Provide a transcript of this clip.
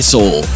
Soul